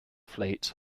fleet